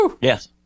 Yes